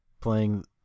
playing